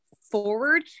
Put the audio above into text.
forward